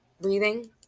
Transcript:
breathing